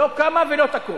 לא קמה ולא תקום.